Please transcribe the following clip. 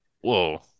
Whoa